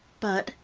but,